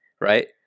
right